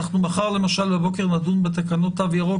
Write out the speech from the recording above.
מחר בבוקר למשל נדון בתקנות תו ירוק,